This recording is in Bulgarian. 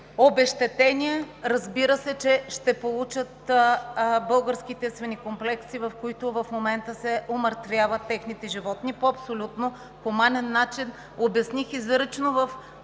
обезщетения, разбира се, че ще получат българските свинекомплекси, в които в момента се умъртвяват техните животни по абсолютно хуманен начин. Обясних изрично в